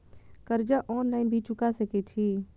कर्जा ऑनलाइन भी चुका सके छी?